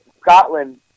Scotland